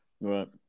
Right